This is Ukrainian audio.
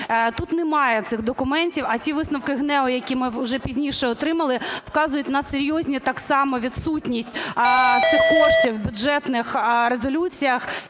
Тут немає цих документів, а ті висновки ГНЕУ, які ми вже пізніше отримали, вказують на серйозну так само відсутність цих коштів у Бюджетних резолюціях